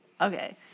Okay